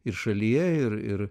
ir šalyje ir ir